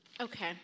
Okay